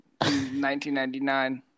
1999